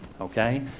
okay